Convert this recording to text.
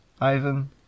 Ivan